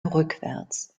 rückwärts